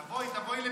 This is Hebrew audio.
תבואי, תבואי לביקור.